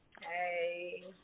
Hey